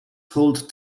hold